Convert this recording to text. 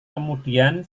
kemudian